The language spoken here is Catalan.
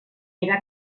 era